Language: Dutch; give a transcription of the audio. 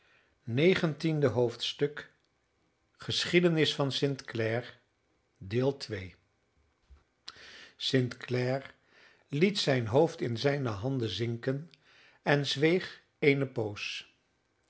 clare liet zijn hoofd in zijne handen zinken en zweeg eene poos